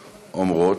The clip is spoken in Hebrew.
מה התקנות אומרות?